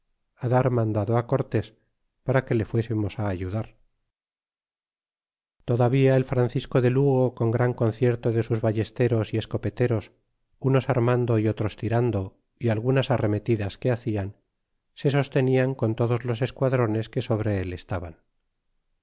dar mandado cortés para que le fuésemos lt ayudar y todavía el francisco de lugo con gran concierto de sus ballesteros y escopeteros unos armando y otros tirando y algunas arremetidas que hacian se sostenian con todos los esquadrones que sobre él estaban